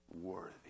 worthy